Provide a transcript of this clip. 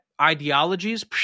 ideologies